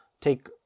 take